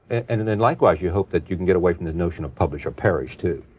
and then, likewise, you hope that you can get away from this notion of publish or perish, too.